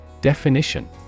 Definition